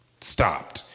stopped